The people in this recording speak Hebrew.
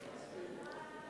אתה תסכים.